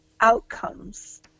outcomes